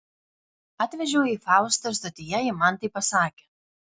atvežiau jai faustą ir stotyje ji man tai pasakė